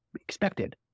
expected